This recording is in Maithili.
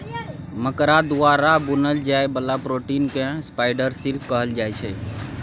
मकरा द्वारा बुनल जाइ बला प्रोटीन केँ स्पाइडर सिल्क कहल जाइ छै